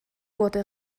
wurde